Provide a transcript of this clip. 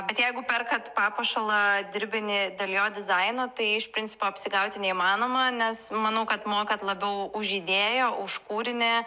bet jeigu perkat papuošalą dirbinį dėl jo dizaino tai iš principo apsigauti neįmanoma nes manau kad mokat labiau už idėją už kūrinį